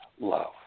love